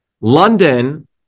London